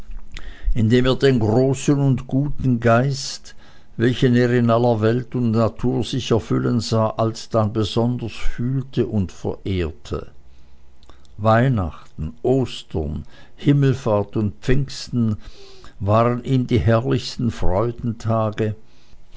indem er den großen und guten geist welchen er in aller welt und natur sich erfüllen sah alsdann besonders fühlte und verehrte weihnachten ostern himmelfahrt und pfingsten waren ihm die herrlichsten freudentage